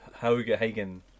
Hagen